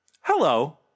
Hello